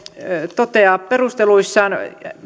toteaa perusteluissaan että